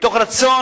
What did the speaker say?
מתוך רצון,